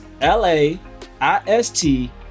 L-A-I-S-T